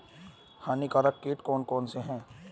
हानिकारक कीट कौन कौन से हैं?